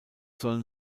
sollen